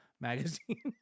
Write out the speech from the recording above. magazine